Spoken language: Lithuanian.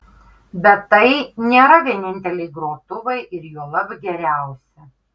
bet tai nėra vieninteliai grotuvai ir juolab geriausi